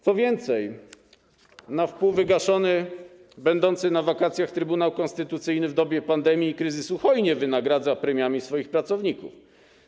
Co więcej, na wpół wygaszony, będący na wakacjach Trybunał Konstytucyjny w dobie pandemii i kryzysu hojnie wynagradza premiami swoich pracowników.